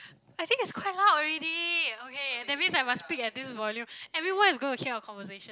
I think it's quite loud already okay that means I must speak at this volume everyone is gonna hear our conversation